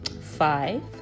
five